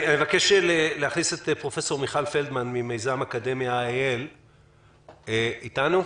אני מבקש להכניס את פרופסור מיכל פלדמן ממיזם אקדמי IL. את אתנו?